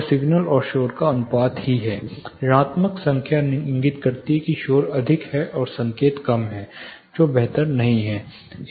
यह सिग्नल और शोर का अनुपात ही है ऋणात्मक संख्या इंगित करती है कि शोर अधिक है और संकेत कम है जो बेहतर नहीं है